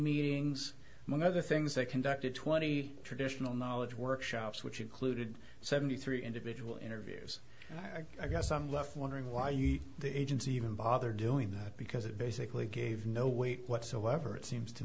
meetings among other things they conducted twenty traditional knowledge workshops which included seventy three individual interviews and i guess i'm left wondering why you the agency even bother doing that because it basically gave no weight whatsoever it seems to